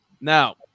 Now